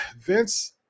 Vince –